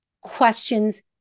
questions